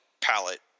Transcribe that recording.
palette